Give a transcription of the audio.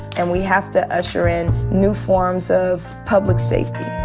and we have to usher in new forms of public safety.